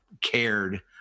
Cared